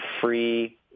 free